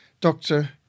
doctor